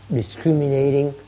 discriminating